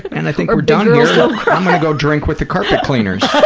and i think we're done go drink with the carpet cleaners.